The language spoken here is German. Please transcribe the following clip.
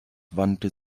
wandte